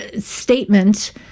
Statement